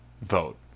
vote